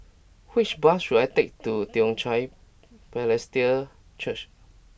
which bus should I take to Toong Chai Presbyterian Church